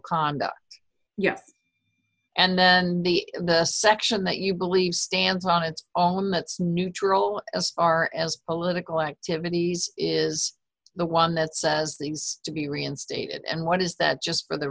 conduct yes and then the section that you believe stands on it's on let's neutral as far as political activities is the one that says the eggs to be reinstated and what is that just for the